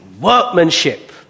workmanship